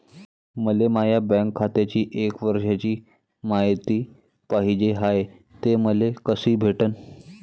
मले माया बँक खात्याची एक वर्षाची मायती पाहिजे हाय, ते मले कसी भेटनं?